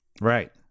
Right